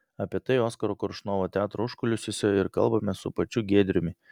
apie tai oskaro koršunovo teatro užkulisiuose ir kalbamės su pačiu giedriumi